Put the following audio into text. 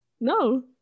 No